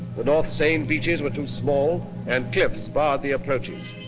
the north scine beaches were too small and cliffs barred the approaches.